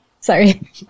Sorry